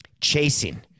Chasing